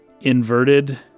inverted